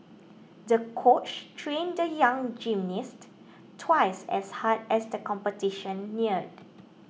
the coach trained the young gymnast twice as hard as the competition neared